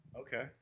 Okay